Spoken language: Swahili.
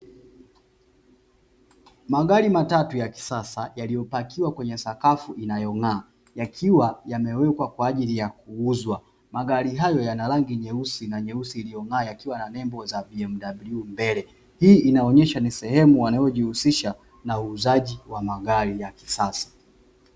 Magari matatu ya kisasa yaliyopakiwa kwenye sakafu inayaong'aa, yakiwa yamewekwa kwa ajili ya kuuzwa. Magari hayo yana rangi nyeusi na nyeusi iliyong'aa yakiwa na nembo za "BMW". Hii inaonyesha ni sehemu wanayojihusisha, na uuzaji wa magari ya kisasa.